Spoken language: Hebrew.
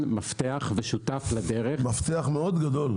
מפתח ושותף לדרך --- מפתח מאוד גדול,